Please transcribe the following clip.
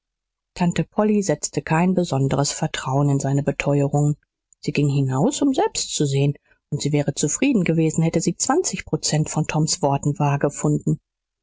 tante polly setzte kein besonderes vertrauen in seine beteuerungen sie ging hinaus um selbst zu sehen und sie wäre zufrieden gewesen hätte sie zwanzig prozent von toms worten wahr gefunden